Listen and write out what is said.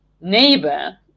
neighbor